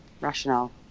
rationale